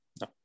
no